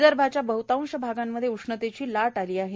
विदर्भाच्या बहतांश भागांमध्ये उष्णतेची लाट आली आहे